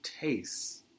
taste